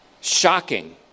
Shocking